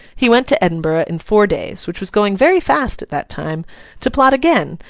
he went to edinburgh in four days which was going very fast at that time to plot again,